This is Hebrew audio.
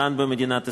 במדינת ישראל.